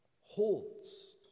holds